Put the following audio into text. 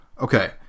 Okay